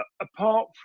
Apart